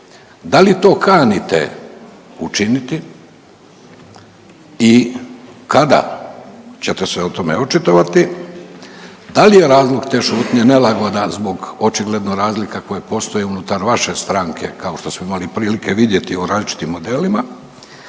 da li to kanite učiniti i kada ćete se o tome očitovati? Da li je razlog te šutnje nelagoda zbog očigledno razlika koje postoje unutar vaše stranke kao što smo imali prilike vidjeti o različitim modelima?